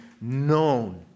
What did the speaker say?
known